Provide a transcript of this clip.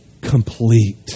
complete